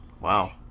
Wow